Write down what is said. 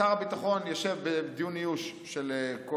שר הביטחון יושב בדיון איוש של כל